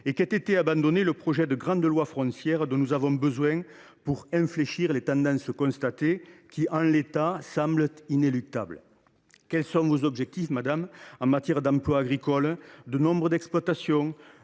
déplorons l’abandon du projet de grande loi foncière dont nous avons besoin pour infléchir les tendances constatées, qui, en l’état, semblent inéluctables. Quels sont vos objectifs en matière d’emplois agricoles, de nombre d’exploitations